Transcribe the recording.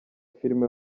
filime